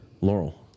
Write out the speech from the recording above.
Laurel